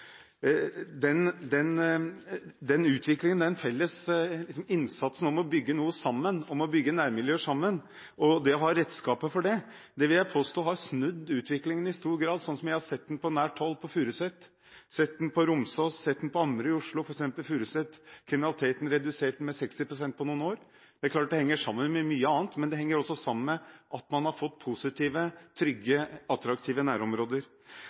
Den felles innsatsen om å bygge noe sammen – om å bygge nærmiljøer sammen og å ha redskaper for det – vil jeg påstå har snudd utviklingen i stor grad, sånn som jeg har sett den på nært hold på Furuset, på Romsås, på Ammerud i Oslo. På Furuset er f.eks. kriminaliteten redusert med 60 pst. på noen år. Det er klart at dette henger sammen med mye annet, men det henger også sammen med at man har fått positive, trygge og attraktive nærområder.